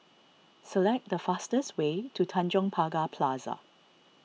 select the fastest way to Tanjong Pagar Plaza